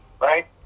right